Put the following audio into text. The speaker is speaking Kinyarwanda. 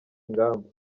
ingamba